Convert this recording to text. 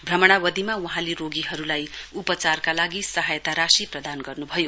भ्रमणवधिमा वहाँले रोगीहरुलाई उपचारका लागि सहायताराशि प्रदान गर्नुभयो